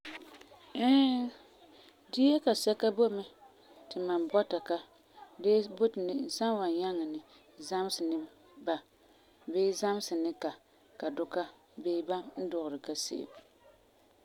Ɛɛ, dia kasɛka boi mɛ ti mam bɔta ka gee boti ni n san wan nyaŋɛ ni zamesɛ ni ba bii zamesɛ ni ka ka duka dee baŋɛ hun dugeri ka se'em.